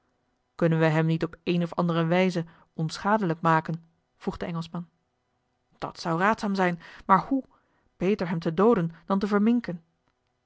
kunnen we hem niet op eene of andere wijze onschadelijk maken vroeg de engelschman dat zou raadzaam zijn maar hoe beter hem te dooden dan te verminken